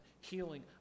healing